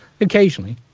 occasionally